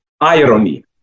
irony